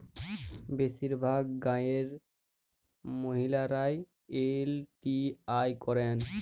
বেশিরভাগ গাঁয়ের মহিলারা এল.টি.আই করেন